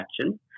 action